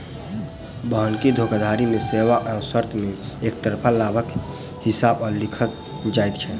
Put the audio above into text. बन्हकी धोखाधड़ी मे सेवा एवं शर्त मे एकतरफा लाभक हिसाब सॅ लिखल जाइत छै